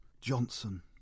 Johnson